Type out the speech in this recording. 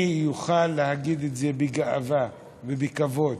אני אוכל להגיד את זה בגאווה ובכבוד,